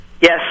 Yes